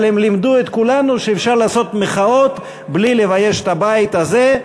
אבל הם לימדו את כולנו שאפשר לעשות מחאות בלי לבייש את הבית הזה.